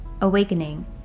Awakening